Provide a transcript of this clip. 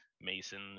Mason